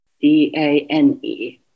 d-a-n-e